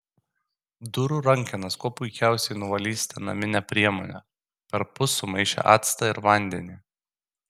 durų rankenas kuo puikiausiai nuvalysite namine priemone perpus sumaišę actą ir vandenį